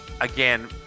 Again